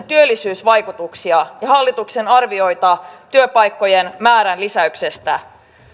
työllisyysvaikutuksia ja hallituksen arvioita työpaikkojen määrän lisäyksestä